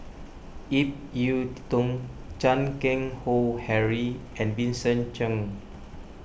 Ip Yiu Tung Chan Keng Howe Harry and Vincent Cheng